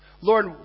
Lord